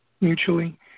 mutually